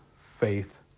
faith